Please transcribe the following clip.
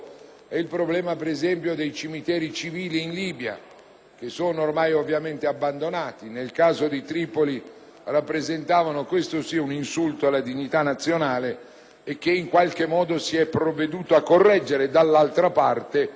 il problema dei cimiteri civili in Libia, che ormai ovviamente sono abbandonati. Nel caso di Tripoli rappresentavano - questo sì! - un insulto alla dignità nazionale, che in qualche modo si è provveduto a correggere; dall'altra parte,